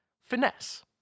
Finesse